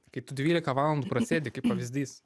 kai tu dvylika valandų prasėdi kaip pavyzdys